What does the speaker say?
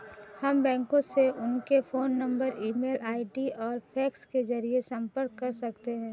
हम बैंकों से उनके phone number email ID और फैक्स के जरिए संपर्क कर सकते हैं